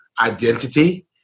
identity